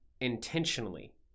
intentionally